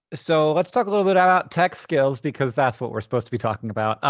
so let's talk a little bit about tech skills, because that's what we're supposed to be talking about.